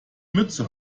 mütze